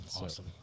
Awesome